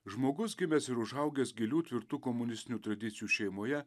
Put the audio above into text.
žmogus gimęs ir užaugęs gilių tvirtų komunistinių tradicijų šeimoje